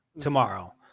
tomorrow